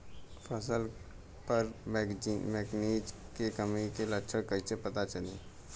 फसल पर मैगनीज के कमी के लक्षण कइसे पता चली?